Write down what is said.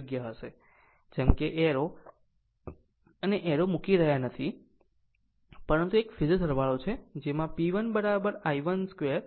આમ જેમ કે એરો અને એરો મૂકી રહ્યા નથી પરંતુ તે એક ફેઝર સરવાળો છે અને તેમાં P 1 I 1 2